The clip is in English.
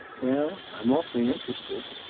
well? i'm awfully interested.